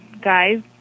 guys